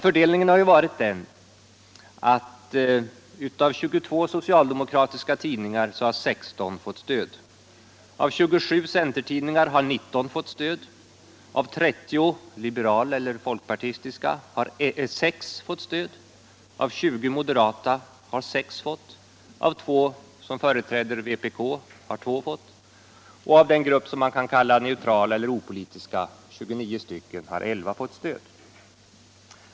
Fördelningen har varit den att av 22 socialdemokratiska tidningar har 16 fått stöd, av 27 centertidningar har 19 fått stöd, av 30 liberala eller folkpartistiska tidningar har 6 fått stöd, av 20 moderata har 6 fått stöd, av 2 som företräder vpk har 2 fått stöd och av den grupp som man kan kalla neutrala eller opolitiska — 29 stycken — har 11 fått stöd.